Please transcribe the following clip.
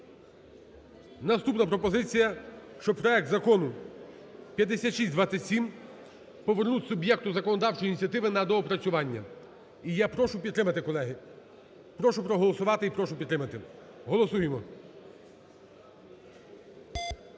Наступна пропозиція, що проект Закону 5627 повернути суб'єкту законодавчої ініціативи на доопрацювання, і я прошу підтримати, колеги, прошу проголосувати, і прошу підтримати. Голосуємо.